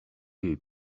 jej